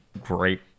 great